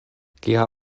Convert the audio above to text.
kia